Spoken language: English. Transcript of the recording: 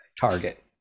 target